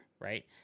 right